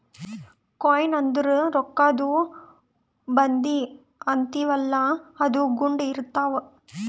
coin ಅಂದುರ್ ರೊಕ್ಕಾದು ಬಂದಿ ಅಂತೀವಿಯಲ್ಲ ಅದು ಗುಂಡ್ ಇರ್ತಾವ್